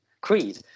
Creed